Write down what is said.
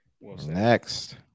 Next